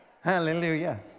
Hallelujah